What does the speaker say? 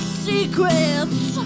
secrets